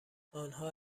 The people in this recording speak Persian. آنها